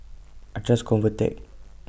I Trust Convatec